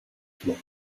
floor